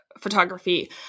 photography